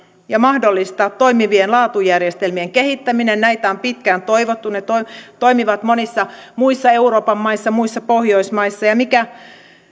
ja mahdollistaa toimivien laatujärjestelmien kehittäminen näitä on pitkään toivottu ne ne toimivat monissa muissa euroopan maissa ja muissa pohjoismaissa ja mikä